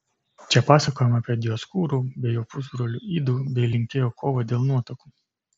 čia pasakojama apie dioskūrų bei jų pusbrolių ido bei linkėjo kovą dėl nuotakų